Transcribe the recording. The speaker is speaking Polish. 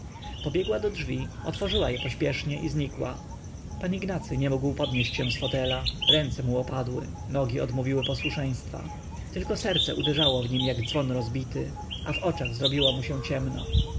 pobiegła do drzwi otworzyła je pośpiesznie i znikła pan ignacy nie mógł podnieść się z fotelu ręce mu opadły nogi odmówiły posłuszeństwa tylko serce uderzało w nim jak dzwon rozbity a w oczach zrobiło mu się ciemno